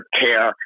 care